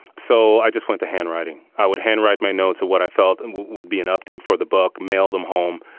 so i just went to handwriting. i would handwrite my notes of what i felt and would be an update for the book mailed them home.